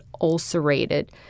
ulcerated